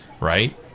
right